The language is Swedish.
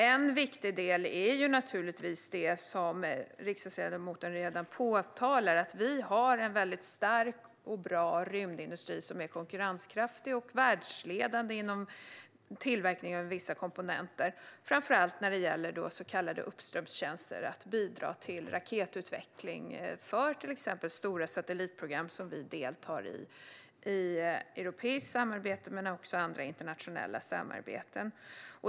En viktig del är naturligtvis det riksdagsledamoten redan har tagit upp, nämligen att vi har en stark och bra rymdindustri som är konkurrenskraftig och världsledande inom tillverkning av vissa komponenter - framför allt när det gäller så kallade uppströmstjänster och att bidra till raketutveckling till exempel för stora satellitprogram som vi deltar i både i ett europeiskt samarbete och i andra internationella samarbeten.